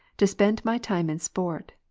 to spend my time in sport,